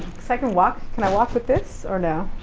so i can walk, can i walk with this or no?